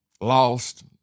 lost